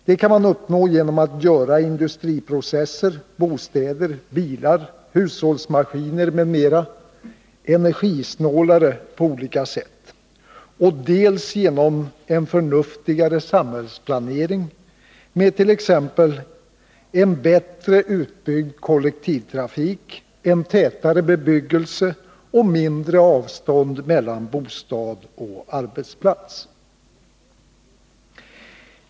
Det kan man uppnå genom att göra industriprocesser, bostäder, bilar, hushållsmaskiner m.m. energisnålare på olika sätt, dels genom en fönuftigare samhällsplanering, med exempelvis en bättre utbyggd kollektivtrafik, en tätare bebyggelse och mindre avstånd mellan bostad och arbetsplats.